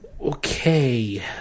Okay